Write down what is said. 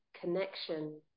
connection